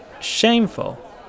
Shameful